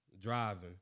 driving